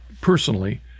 personally